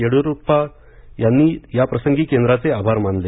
येड्युरप्पा यांनी याप्रसंगी केंद्राचे आभार मानले